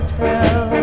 tell